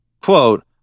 quote